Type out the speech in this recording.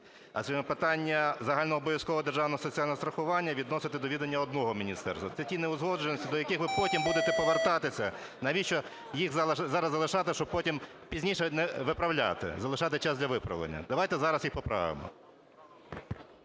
а питання загальнообов'язкового державного соціального страхування відносите до відання одного міністерства. Статті неузгодженості, до яких ви потім будете повертатися. Навіщо їх зараз залишати, щоб потім, пізніше, виправляти, залишати час для виправлення? Давайте зараз їх поправимо.